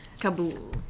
Kabul